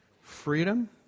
Freedom